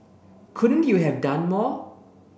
couldn't you have done more